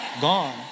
gone